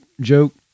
joke